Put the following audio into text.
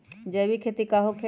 जैविक खेती का होखे ला?